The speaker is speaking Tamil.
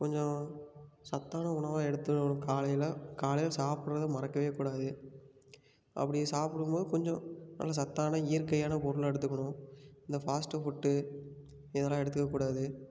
கொஞ்சம் சத்தான உணவாக எடுத்துக்கணும் காலையில் காலையில் சாப்பிட்றத மறக்கவே கூடாது அப்படி சாப்பிடும்போது கொஞ்சம் நல்ல சத்தான இயற்கையான பொருளாக எடுத்துக்கணும் இல்லை ஃபாஸ்ட்டு ஃபுட்டு இதெல்லாம் எடுக்கக்கூடாது